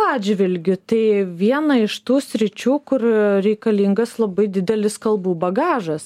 atžvilgiu tai viena iš tų sričių kur reikalingas labai didelis kalbų bagažas